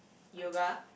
Yoga